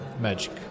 magic